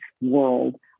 world